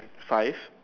five